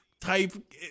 type